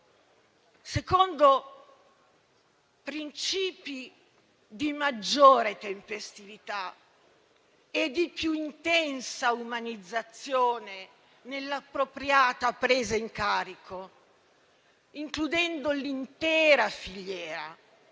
secondo principi di maggiore tempestività e di più intensa umanizzazione nell'appropriata presa in carico, includendo l'intera filiera